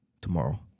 tomorrow